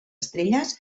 estrelles